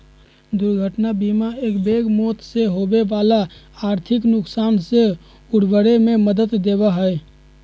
दुर्घटना बीमा एकबैग मौत से होवे वाला आर्थिक नुकसान से उबरे में मदद देवा हई